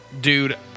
dude